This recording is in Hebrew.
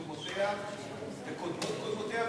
אלא על-ידי קודמותיה וקודמות קודמותיה,